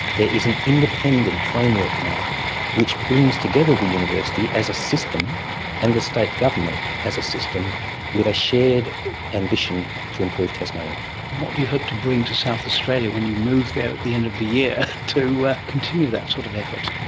there is an independent framework now which brings together the university as a system and the state government as a system with a shared ambition to improve tasmania. and what do you hope to bring to south australia when you move there at the end of the year to continue that sort of effort?